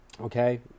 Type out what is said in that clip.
Okay